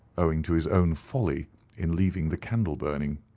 owing to his own folly in leaving the candle burning.